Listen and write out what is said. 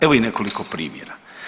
Evo i nekoliko primjera.